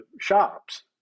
shops